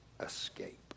escape